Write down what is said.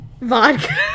vodka